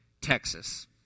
Texas